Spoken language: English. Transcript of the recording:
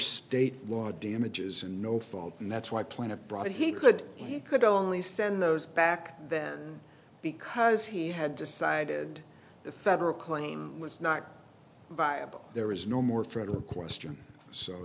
state law damages and no fault and that's why plenty of broad he could he could only send those back because he had decided the federal claim was not viable there is no more federal question so